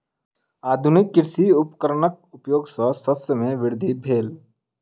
आधुनिक कृषि उपकरणक उपयोग सॅ शस्य मे वृद्धि भेल